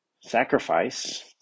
sacrifice